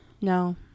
No